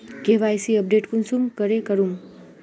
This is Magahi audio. के.वाई.सी अपडेट कुंसम करे करूम?